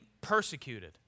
persecuted